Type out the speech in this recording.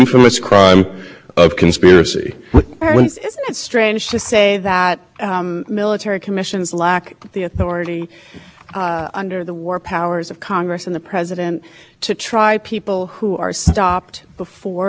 innocent civilians i mean isn't it the case that that congressional war powers and the president's power commander in chief power should suffice to protect us from something like nine eleven happening as well as to punish people who